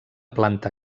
planta